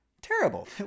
terrible